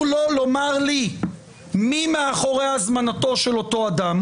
לו לומר לי מי מאחורי הזמנתו של אותו אדם